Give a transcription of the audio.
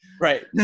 Right